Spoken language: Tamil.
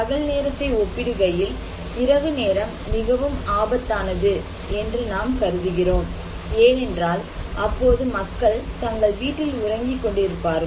பகல் நேரத்தை ஒப்பிடுகையில் இரவு நேரம் மிகவும் ஆபத்தானது என்று நாம் கருதுகிறோம் ஏனென்றால் அப்போது மக்கள் தங்கள் வீட்டில் உறங்கிக் கொண்டிருப்பார்கள்